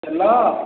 ତେଲ